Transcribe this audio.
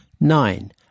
Nine